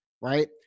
right